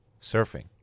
Surfing